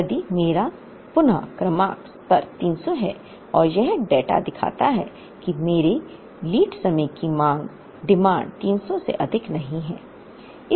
यदि मेरा पुन क्रमांक स्तर 300 है तो यह डेटा दिखाता है कि मेरी लीड समय की मांग 300 से अधिक नहीं है